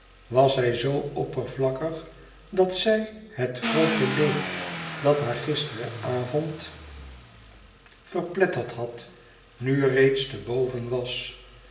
was zij zoo oppervlakkig dat zij het groote leed dat haar gisteren avond verpletterd had nu reeds te boven was